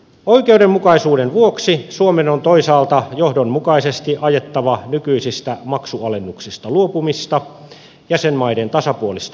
oikeudenmukaisuuden vuoksi suomen on toisaalta johdonmukaisesti ajettava nykyisistä maksualennuksista luopumista ja jäsenmaiden tasapuolista kohtelua